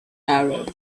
arab